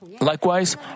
Likewise